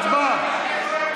הצבעה.